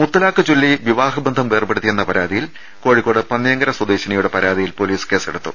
മുത്തലാഖ് ചൊല്ലി വിവാഹ ബന്ധം വേർപ്പെടുത്തിയെന്ന പരാതിയിൽ കോഴിക്കോട് പന്നിയങ്കര സ്വദേശിനിയുടെ പരാതിയിൽ പൊലീസ് കേസെടുത്തു